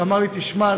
שאמר לי: תשמע,